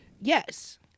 Yes